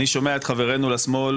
אני שומע את חברינו לשמאל,